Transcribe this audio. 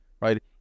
right